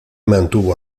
mantuvo